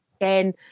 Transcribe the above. again